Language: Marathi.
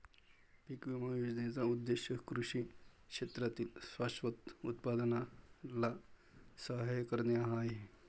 पीक विमा योजनेचा उद्देश कृषी क्षेत्रातील शाश्वत उत्पादनाला सहाय्य करणे हा आहे